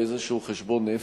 לאיזה חשבון נפש,